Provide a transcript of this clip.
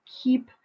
keep